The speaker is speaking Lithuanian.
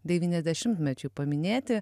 devyniasdešimtmečiui paminėti